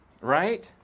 right